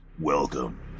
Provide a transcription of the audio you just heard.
Welcome